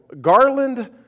Garland